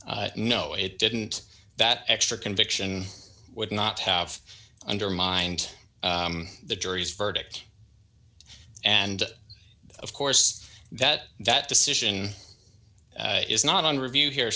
said no it didn't that extra conviction would not have undermined the jury's verdict and of course that that decision is not on review here